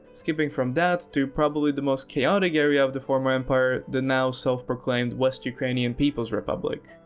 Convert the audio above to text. skipping from that to probably the most chaotic area of the former empire, the now self proclaimed west ukranians people's republic.